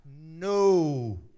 no